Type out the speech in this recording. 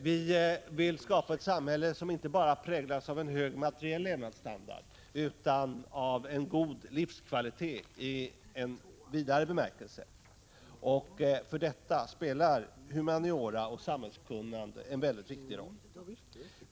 Vi vill skapa ett samhälle som inte bara präglas av en hög materiell levnadsstandard utan också av en god livskvalitet i vidare bemärkelse. För detta spelar humaniora och samhällskunnande en mycket väsentlig roll.